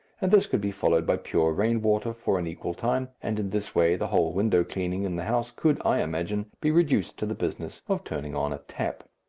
and this could be followed by pure rain water for an equal time, and in this way the whole window cleaning in the house could, i imagine, be reduced to the business of turning on a tap.